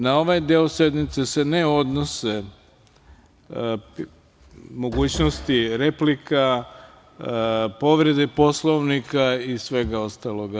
Na ovaj deo sednice se ne odnose mogućnosti replika, povrede Poslovnika i svega ostalog.